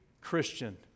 Christian